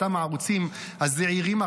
אותם ערוצים זעירים,